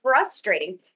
frustrating